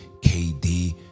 kd